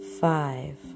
Five